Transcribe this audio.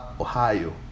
Ohio